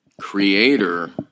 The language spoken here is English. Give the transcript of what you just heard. creator